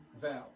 valve